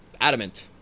adamant